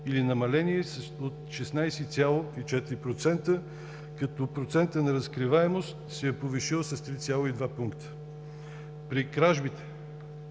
или намаление с 16,4 %, като процентът на разкриваемост се е повишил с 3,2 пункта. При кражбите